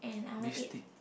beef steak